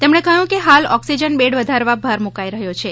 તેમણે કહ્યું કે હાલ ઓક્સિજન બેડ વધારવા ભાર મૂકાઈ રહ્યો છે